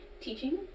teaching